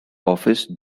office